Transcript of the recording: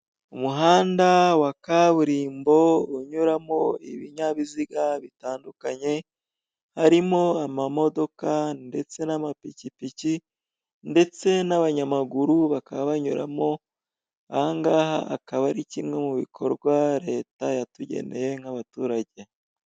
Umuhanda wa kaburimbo unyuramo ibinyabiziga bitandukanye, harimo amamodoka ndetse n'amapikipiki, ndetse n'abanyamaguru bakaba banyuramo, ahangaha akaba ari kimwe mu bikorwa leta yatugeneye nk'abaturage.